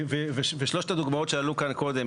ושלושת הדוגמאות שעלו כאן קודם,